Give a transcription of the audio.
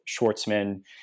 Schwartzman